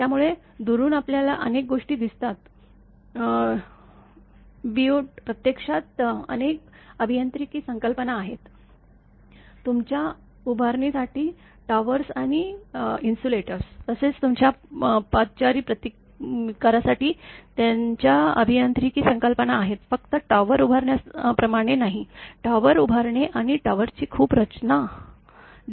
त्यामुळे दुरून आपल्याला अनेक गोष्टी दिसतात बीउट प्रत्यक्षात अनेक अभियांत्रिकी संकल्पना आहेत तुमच्या उभारणीसाठी टॉवर्स आणि इन्सुलेटर्स तसेच तुमच्या पादचारी प्रतिकारासाठी त्यांच्या अभियांत्रिकी संकल्पना आहेत फक्त टॉवर उभारण्याप्रमाणे नाही टॉवर उभारणे आणि टॉवरची खूप रचना आहेत